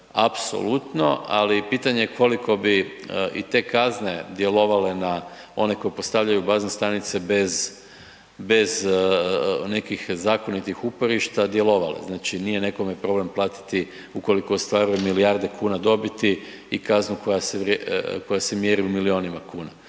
apsolutno, ali pitanje je koliko bi i te kazne djelovale na one koji postavljaju bazne stanice bez nekih zakonitih uporišta, djelovale. Znači nije nekome problem platiti, ukoliko ostvaruje milijarde kuna dobiti i kaznu koja se mjeri u milijunima kuna.